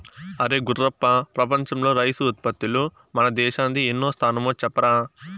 అరే గుర్రప్ప ప్రపంచంలో రైసు ఉత్పత్తిలో మన దేశానిది ఎన్నో స్థానమో చెప్పరా